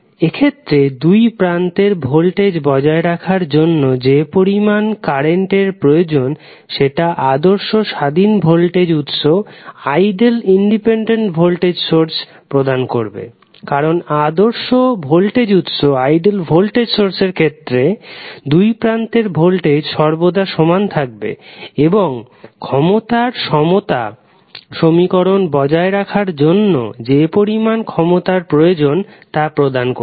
এক্ষেত্রে দুই প্রান্তের ভোল্টেজ বজায় রাখার জন্য যে পরিমাণ কারেন্টের প্রয়োজন সেটা আদর্শ স্বাধীন ভোল্টেজ উৎস প্রদান করবে কারণ আদর্শ ভোল্টেজ উৎস র ক্ষেত্রে দুই প্রান্তের ভোল্টেজ সর্বদাই সমান থাকবে এবং ক্ষমতার সমতা সমীকরণ বজায় রাখার জন্য যে পরিমাণ ক্ষমতার প্রয়োজন টা প্রদান করবে